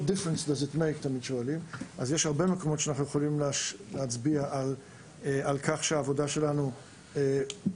אז יש הרבה מקומות שאנחנו יכולים להצביע על-כך שהעבודה שלנו נלקחה,